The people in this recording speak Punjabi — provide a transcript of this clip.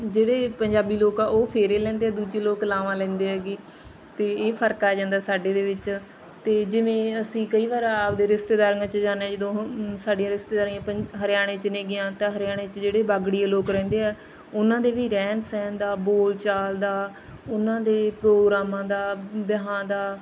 ਜਿਹੜੇ ਪੰਜਾਬੀ ਲੋਕ ਆ ਉਹ ਫੇਰੇ ਲੈਂਦੇ ਆ ਦੂਜੇ ਲੋਕ ਲਾਵਾਂ ਲੈਂਦੇ ਹੈਗੇ ਅਤੇ ਇਹ ਫਰਕ ਆ ਜਾਂਦਾ ਸਾਡੇ ਦੇ ਵਿੱਚ ਅਤੇ ਜਿਵੇਂ ਅਸੀਂ ਕਈ ਵਾਰ ਆਪਦੇ ਰਿਸ਼ਤੇਦਾਰੀਆਂ 'ਚ ਜਾਂਦੇ ਹਾਂ ਜਦੋਂ ਉਹ ਸਾਡੀਆਂ ਰਿਸ਼ਤੇਦਾਰੀਆਂ ਪੰ ਹਰਿਆਣੇ 'ਚ ਨੇਗੀਆਂ ਤਾਂ ਹਰਿਆਣੇ 'ਚ ਜਿਹੜੇ ਬਾਗੜੀਏ ਲੋਕ ਰਹਿੰਦੇ ਆ ਉਹਨਾਂ ਦੇ ਵੀ ਰਹਿਣ ਸਹਿਣ ਦਾ ਬੋਲ ਚਾਲ ਦਾ ਉਹਨਾਂ ਦੇ ਪ੍ਰੋਗਰਾਮਾਂ ਦਾ ਵਿਆਹਾਂ ਦਾ